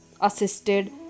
assisted